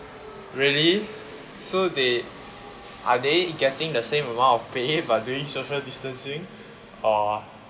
really so they are they getting the same amount of pay but doing social distancing or